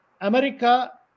America